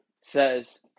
says